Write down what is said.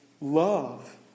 love